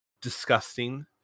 disgusting